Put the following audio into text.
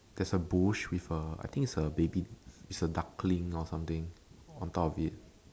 there's a bush with a I think is a baby is a duckling or something on top of it